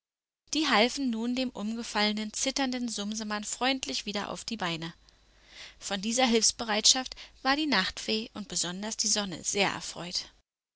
die halfen nun dem umgefallenen zitternden sumsemann freundlich wieder auf die beine von dieser hilfsbereitschaft war die nachtfee und besonders die sonne sehr erfreut